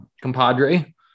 compadre